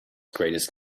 greatest